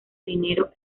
dinero